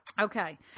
okay